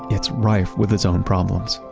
it's rife with its own problems.